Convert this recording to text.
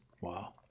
Wow